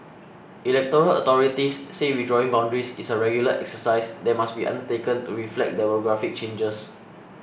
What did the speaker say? electoral authorities say redrawing boundaries is a regular exercise that must be undertaken to reflect demographic changes